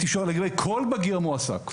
לגבי כל בגיר מועסק.